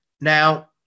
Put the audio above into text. Now